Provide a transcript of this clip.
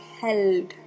held